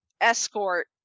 escort